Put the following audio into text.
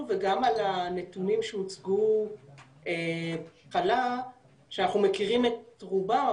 וגם על הנתונים שהוצגו שאנחנו מכירים את רובם,